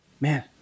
man